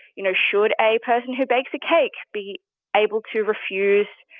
you know, should a person who bakes a cake be able to refuse,